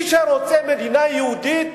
מי שרוצה מדינה יהודית,